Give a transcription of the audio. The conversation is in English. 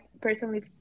personally